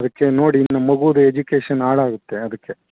ಅದಕ್ಕೆ ನೋಡಿ ನಮ್ಮ ಮಗೂದು ಎಜುಕೇಷನ್ ಹಾಳಾಗುತ್ತೆ ಅದಕ್ಕೆ